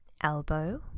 elbow